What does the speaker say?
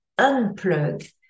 unplug